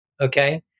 Okay